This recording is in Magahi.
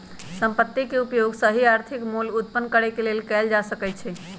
संपत्ति के उपयोग सही आर्थिक मोल उत्पन्न करेके लेल कएल जा सकइ छइ